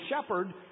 shepherd